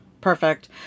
Perfect